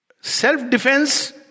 self-defense